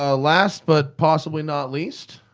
ah last, but possibly not least.